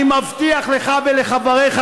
אני מבטיח לך ולחבריך,